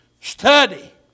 Study